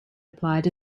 applied